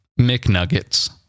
McNuggets